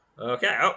Okay